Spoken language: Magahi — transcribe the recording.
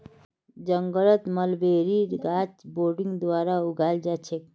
जंगलत मलबेरीर गाछ बडिंग द्वारा उगाल गेल छेक